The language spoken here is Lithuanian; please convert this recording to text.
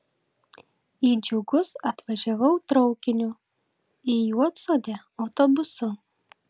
į džiugus atvažiavau traukiniu į juodsodę autobusu